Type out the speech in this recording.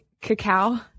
cacao